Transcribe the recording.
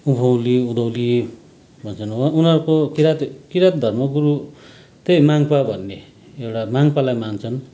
उभौँली उधौँली भन्छ उनाहरूको किँरात किँरात धर्मगुरु त्यही माङ्पा भन्ने एउटा माङ्पालाई मान्छन्